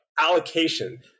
allocation